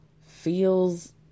feels